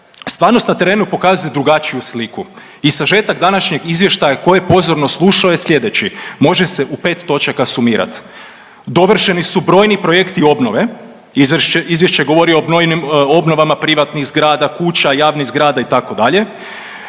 stvarnost na terenu pokazuje drugačiju sliku i sažetak današnjeg izvještaja, tko je pozorno slušao je sljedeći, može se u 5 točaka sumirati. Dovršeni su brojni projekti obnove, izvješće govori o brojnim obnovama privatnih zgrada, kuća, javnih zgrada, itd.,